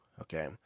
okay